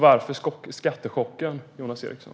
Varför denna skattechock, Jonas Eriksson?